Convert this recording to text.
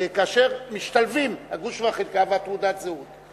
כאשר משתלבים הגוש והחלקה ותעודת הזהות.